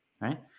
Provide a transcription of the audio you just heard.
right